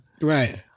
Right